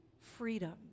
Freedom